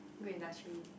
good industry